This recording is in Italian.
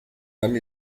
anni